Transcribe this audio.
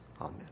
Amen